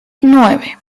nueve